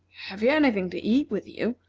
have you any thing to eat with you?